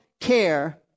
care